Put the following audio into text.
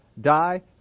die